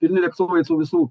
pilni lėktuvai tų visų